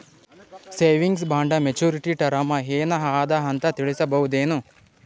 Savings bond maturity term ಏನ ಅದ ಅಂತ ತಿಳಸಬಹುದೇನು?